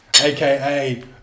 aka